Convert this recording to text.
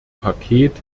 paket